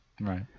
Right